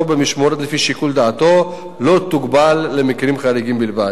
במשמורת לפי שיקול דעתו לא תוגבל למקרים חריגים בלבד.